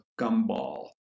gumball